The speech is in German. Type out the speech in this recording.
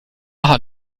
hat